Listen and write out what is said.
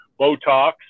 Botox